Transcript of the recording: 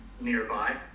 nearby